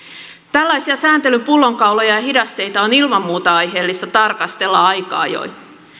tällaisia sääntelyn pullonkauloja ja ja hidasteita on ilman muuta aiheellista tarkastella aika ajoin